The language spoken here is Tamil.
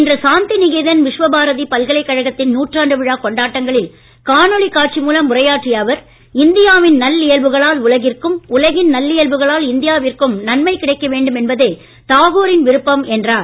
இன்று சாந்தி நிகேதன் விஸ்வபாரதி பல்கலைக்கழகத்தின் நூற்றாண்டு விழா கொண்டாட்டங்களில் காணொளிக் காட்சி மூலம் உரையாற்றிய இந்தியாவின் நல்லியல்புகளால் உலகிற்கும் உலகின் அவர் நல்லியல்புகளால் இந்தியாவிற்கும் நன்மை கிடைக்க வேண்டும் என்பதே தாகூரின் விருப்பம் என்றார்